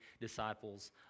disciples